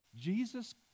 Jesus